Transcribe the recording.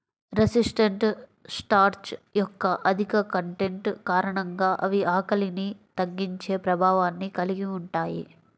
resistant starch యొక్క అధిక content కారణంగా అవి ఆకలిని తగ్గించే ప్రభావాన్ని కలిగి ఉంటాయి